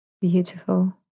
Beautiful